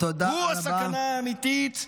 הוא הסכנה האמיתית,